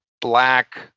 black